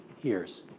years